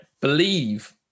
believe